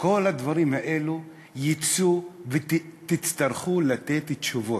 כל הדברים האלה יצאו, ותצטרכו לתת תשובות.